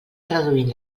traduint